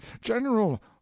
general